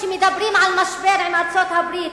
שמדברים על משבר עם ארצות-הברית,